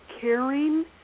caring